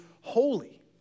holy